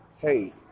Hey